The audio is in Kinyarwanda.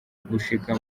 gushika